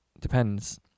depends